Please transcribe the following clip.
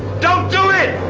don't do it!